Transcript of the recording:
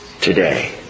today